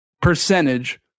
percentage